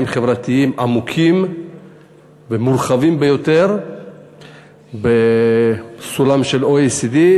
חברתיים עמוקים ומורחבים ביותר בסולם של ה-OECD,